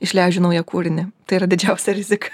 išleidžiu naują kūrinį tai yra didžiausia rizika